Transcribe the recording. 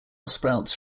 sprouts